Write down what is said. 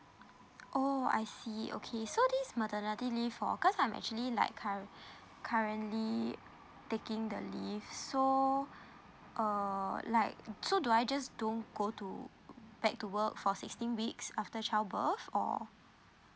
oh I see okay so this maternity leave orh cause I'm actually like cur~ currently taking the leave so uh like so do I just don't go to back to work for sixteen weeks after child birth or